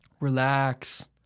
Relax